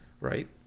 right